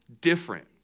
different